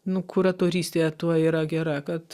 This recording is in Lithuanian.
nu kuratorystė tuo yra gera kad